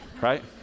right